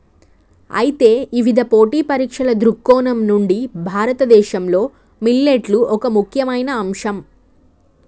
అయితే ఇవిధ పోటీ పరీక్షల దృక్కోణం నుండి భారతదేశంలో మిల్లెట్లు ఒక ముఖ్యమైన అంశం